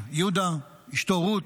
יהודה, ואשתו רות,